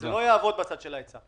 זה לא יעבוד בצד של ההיצע.